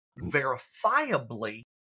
verifiably